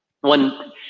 One